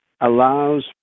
Allows